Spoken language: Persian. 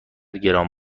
گران